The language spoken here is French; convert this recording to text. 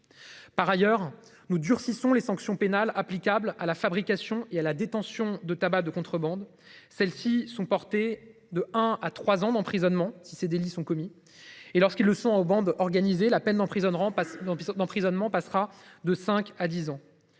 Par ailleurs nous durcissant les sanctions pénales applicables à la fabrication et à la détention de tabac de contrebande. Celles-ci sont portées de un à 3 ans d'emprisonnement si ces délits sont commis et lorsqu'ils sont en bande organisée. La peine d'emprisonnement pas souvent